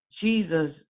Jesus